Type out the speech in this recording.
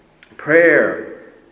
prayer